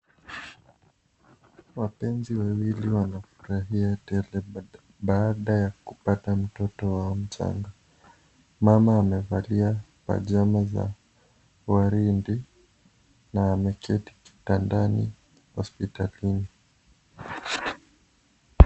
Wapenzi wawili wanafurahia tele baada ya kupata mtoto wao mchanga, mama amevalia pajama za waridi na ameketi kitandani hospitalini.